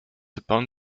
upon